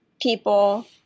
people